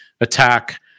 attack